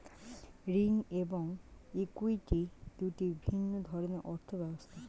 ঋণ এবং ইক্যুইটি দুটি ভিন্ন ধরনের অর্থ ব্যবস্থা